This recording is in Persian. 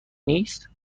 نیست